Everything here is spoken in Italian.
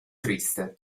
triste